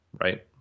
Right